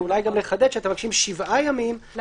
ואולי גם לחדד שאתם מבקשים שבעה ימים על